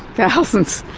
thousands.